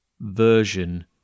Version